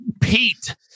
Pete